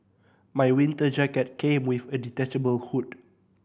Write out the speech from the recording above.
my winter jacket came with a detachable hood